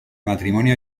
matrimonio